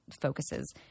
focuses